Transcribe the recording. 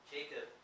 Jacob